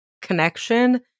connection